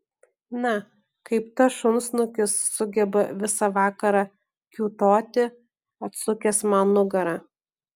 na kaip tas šunsnukis sugeba visą vakarą kiūtoti atsukęs man nugarą